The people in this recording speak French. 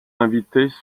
invités